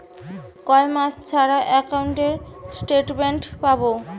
কয় মাস ছাড়া একাউন্টে স্টেটমেন্ট পাব?